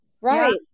Right